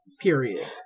period